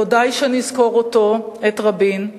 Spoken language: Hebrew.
לא די שנזכור אותו, את רבין.